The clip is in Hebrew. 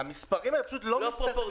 המספרים האלה פשוט לא מסתדרים.